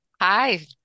Hi